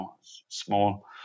small